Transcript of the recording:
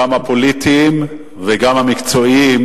גם הפוליטיים וגם המקצועיים,